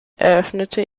eröffnete